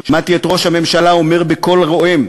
שמעתי את ראש הממשלה אומר בקול רועם: